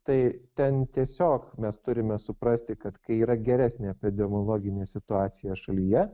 tai ten tiesiog mes turime suprasti kad kai yra geresnė epidemiologinė situacija šalyje